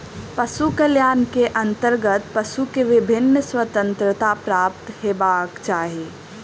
पशु कल्याण के अंतर्गत पशु के विभिन्न स्वतंत्रता प्राप्त हेबाक चाही